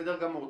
בסדר גמור.